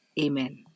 Amen